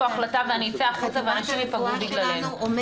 החלטה ואני אצא החוצה ואנשים יפגעו בגללנו.